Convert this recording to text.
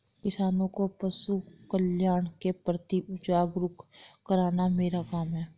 किसानों को पशुकल्याण के प्रति जागरूक करना मेरा काम है